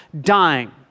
dying